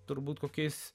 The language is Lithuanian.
turbūt kokiais